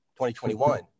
2021